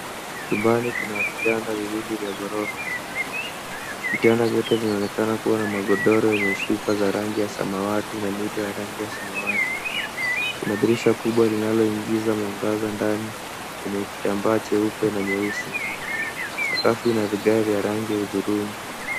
Chumbani kuna vitanda viwili vya ghorofa. Vitanda vyote vinaonekana kuwa na magodoro yenye shuka za rangi ya samawati na mito ya rangi ya samawati. Kuna dirisha kubwa linaloingiza mwangaza ndani yenye kitambaa cheupe na nyeusi. Sakafu ina vigae vya rangi ya hudhurungi.